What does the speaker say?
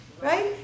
right